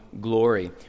glory